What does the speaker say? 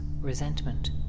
resentment